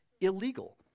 illegal